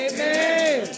Amen